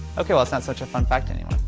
okay, well, it's such a fun fact anymore.